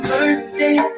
Birthday